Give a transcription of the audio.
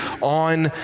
on